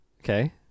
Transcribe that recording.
okay